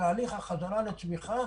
בתהליך החזרה לצמיחה,